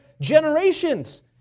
generations